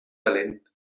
talent